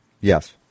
yes